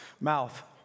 mouth